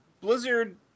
Blizzard